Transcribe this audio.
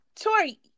Tori